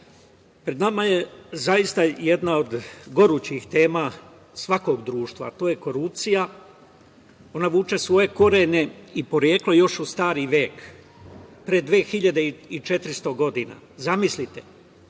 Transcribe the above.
nama je zaista jedna od gorućih tema svakog društva, a to je korupcija. Ona vuče svoje korene i poreklo još od starog veka, pre 2.400 godina. Zamislite,